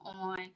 on